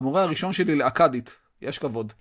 המורה הראשון שלי לאכדית, יש כבוד.